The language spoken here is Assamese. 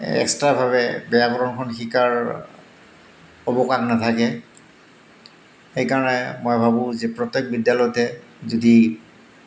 এক্সট্ৰাভাৱে ব্যাকৰণখন শিকাৰ অৱকাশ নাথাকে সেইকাৰণে মই ভাবোঁ যে প্ৰত্যেক বিদ্যালয়তে যদি